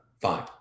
Fine